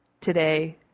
today